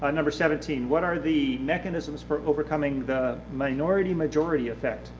ah number seventeen, what are the mechanisms for overcoming the minority-majority effect?